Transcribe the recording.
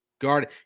guard